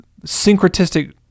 syncretistic